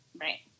Right